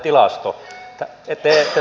vale emävale tilasto